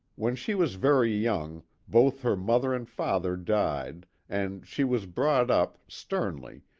when she was very young both her mother and father died and she was brought up, sternly,